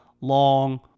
long